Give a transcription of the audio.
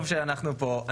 טוב שאנחנו פה,